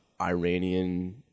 Iranian